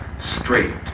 straight